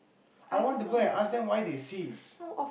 I want to go and ask them why they cease